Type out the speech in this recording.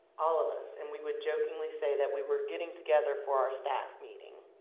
all of us. and we would jokingly say that we were getting together for our staff meeting.